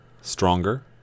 Stronger